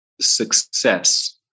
success